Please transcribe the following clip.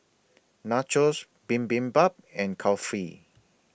Nachos Bibimbap and Kulfi